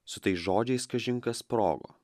su tais žodžiais kažin kas sprogo